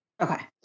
okay